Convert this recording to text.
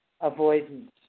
avoidance